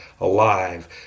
alive